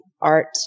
art